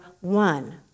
one